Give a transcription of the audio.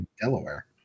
Delaware